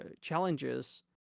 challenges